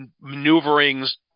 maneuverings